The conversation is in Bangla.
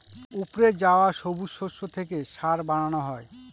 উপড়ে যাওয়া সবুজ শস্য থেকে সার বানানো হয়